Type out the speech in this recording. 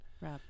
Right